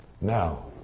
Now